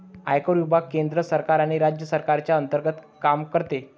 आयकर विभाग केंद्र सरकार आणि राज्य सरकारच्या अंतर्गत काम करतो